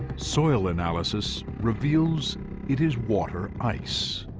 soil analysis reveals it is water ice.